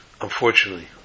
Unfortunately